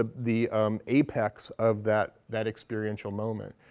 ah the apex of that that experiential moment.